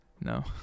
No